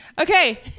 Okay